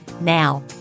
Now